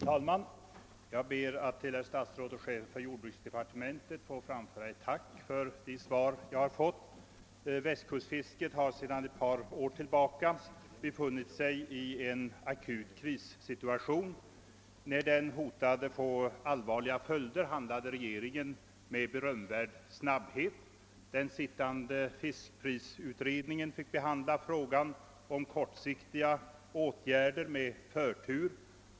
Herr talman! Jag ber att till herr statsrådet och chefen för jordbruksdepartementet få framföra mitt tack för det svar jag har fått. Västkustfisket har sedan ett par år tillbaka befunnit sig i en akut krissituation. När den hotade att få allvarliga följder, handlade regeringen med berömvärd snabbhet. Den sittande fiskprisutredningen fick behandla frågan om kortsiktiga åtgärder med förtur.